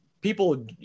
people